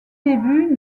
début